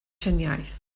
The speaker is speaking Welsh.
triniaeth